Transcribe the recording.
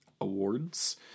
awards